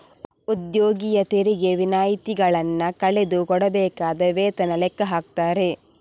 ಉದ್ಯೋಗಿಯ ತೆರಿಗೆ ವಿನಾಯಿತಿಗಳನ್ನ ಕಳೆದು ಕೊಡಬೇಕಾದ ವೇತನ ಲೆಕ್ಕ ಹಾಕ್ತಾರೆ